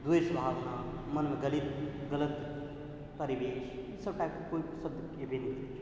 द्वेष भावना मोनमे गलत परिवेश ईसब टाइपके कोइ शब्द अएबे नहि करै छै